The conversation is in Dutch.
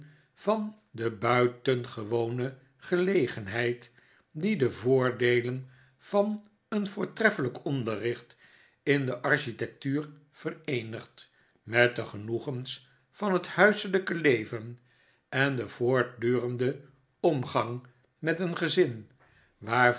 van de buitengewone gelegenheid die de voordeelen van een voortreffelijk onderricht in de architectuur vereenigt met de genoegens van het huiselijke leven en den voortdurenden omgang met een gezin